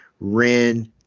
Ren